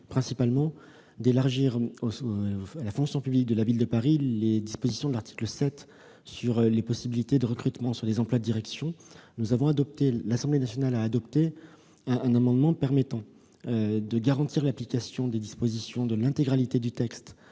principalement à élargir à la fonction publique de la Ville de Paris les dispositions de l'article 7 qui ouvrent la possibilité de recrutement pour les emplois de direction. L'Assemblée nationale a adopté un amendement permettant de garantir l'application des dispositions de l'intégralité du projet